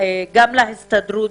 מודה להסתדרות